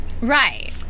Right